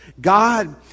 God